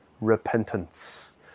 repentance